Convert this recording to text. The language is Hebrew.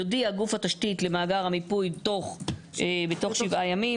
יודיע גוף התשתית למאגר המיפוי בתוך שבעה ימים.